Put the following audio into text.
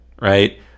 right